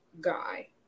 guy